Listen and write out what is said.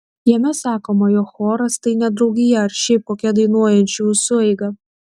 jame sakoma jog choras tai ne draugija ar šiaip kokia dainuojančių sueiga